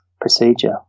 procedure